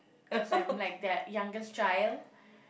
cause I'm like that youngest child